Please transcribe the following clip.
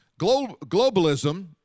Globalism